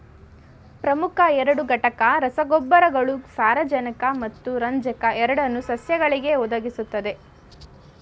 ಪ್ರಮುಖ ಎರಡು ಘಟಕ ರಸಗೊಬ್ಬರಗಳು ಸಾರಜನಕ ಮತ್ತು ರಂಜಕ ಎರಡನ್ನೂ ಸಸ್ಯಗಳಿಗೆ ಒದಗಿಸುತ್ವೆ